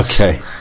Okay